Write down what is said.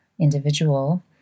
individual